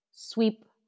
sweep